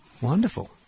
Wonderful